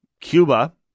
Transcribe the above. Cuba